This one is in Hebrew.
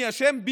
מי אשם?